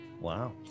Wow